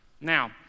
Now